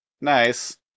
nice